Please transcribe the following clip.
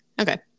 Okay